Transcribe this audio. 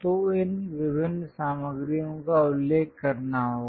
तो इन विभिन्न सामग्रियों का उल्लेख करना होगा